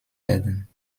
werden